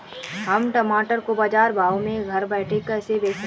हम टमाटर को बाजार भाव में घर बैठे कैसे बेच सकते हैं?